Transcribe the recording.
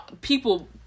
people